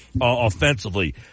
offensively